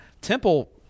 Temple